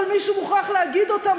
אבל מישהו מוכרח להגיד אותם.